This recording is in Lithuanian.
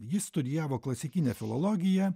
jis studijavo klasikinę filologiją